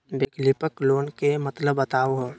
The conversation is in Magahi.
वैकल्पिक लोन के मतलब बताहु हो?